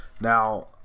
Now